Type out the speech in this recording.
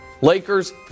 Lakers